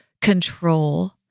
control